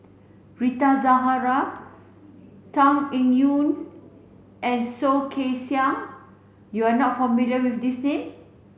Rita Zahara Tan Eng Yoon and Soh Kay Siang you are not familiar with these name